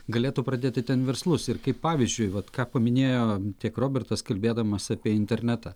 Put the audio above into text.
galėtų pradėti ten verslus ir kaip pavyzdžiui vat ką paminėjo tiek robertas kalbėdamas apie internetą